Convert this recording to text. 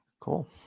Cool